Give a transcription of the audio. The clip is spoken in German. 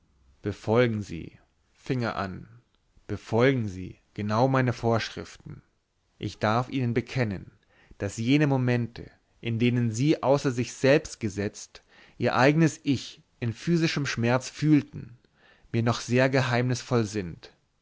befolgen sie fing er an befolgen sie genau meine vorschriften ich darf ihnen bekennen daß jene momente in denen sie außer sich selbst gesetzt ihr eignes ich in physischem schmerz fühlten mir noch sehr geheimnisvoll sind